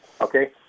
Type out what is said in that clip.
Okay